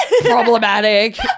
problematic